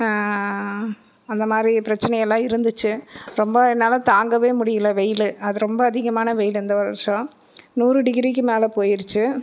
அந்தமாதிரி பிரச்சினையெல்லாம் இருந்துச்சு ரொம்ப என்னால் தாங்கவே முடியல வெயில் அது ரொம்ப அதிகமான வெயில் இந்த வருஷம் நூறு டிகிரிக்கு மேலே போயிடுச்சு